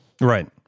Right